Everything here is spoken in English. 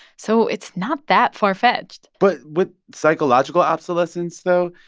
so it's not that far-fetched but with psychological obsolescence, though,